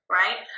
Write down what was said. right